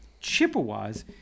Chippewas